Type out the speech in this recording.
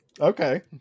Okay